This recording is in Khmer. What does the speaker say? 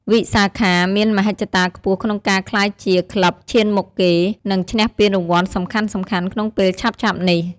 វិសាខាមានមហិច្ឆតាខ្ពស់ក្នុងការក្លាយជាក្លឹបឈានមុខគេ និងឈ្នះពានរង្វាន់សំខាន់ៗក្នុងពេលឆាប់ៗនេះ។